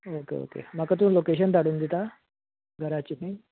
okay okay म्हाका तुमी location धाडून दिता घराची ती